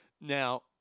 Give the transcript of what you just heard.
Now